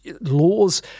laws